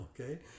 Okay